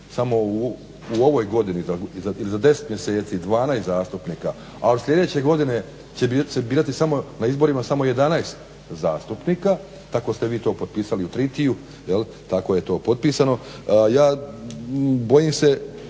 u ovoj godini i za 10 mjeseci 12 zastupnika, a od sljedeće godine će birati na izborima samo 11 zastupnika. Tako ste vi to potpisali u Tritiju, tako je to potpisano.